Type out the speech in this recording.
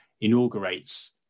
inaugurates